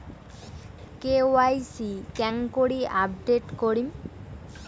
KYC কেঙ্গকরি update করিম?